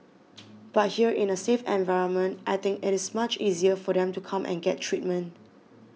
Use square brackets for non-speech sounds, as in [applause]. [noise] but here in a safe environment I think it is much easier for them to come and get treatment